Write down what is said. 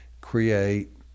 create